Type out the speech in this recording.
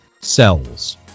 cells